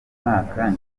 mwaka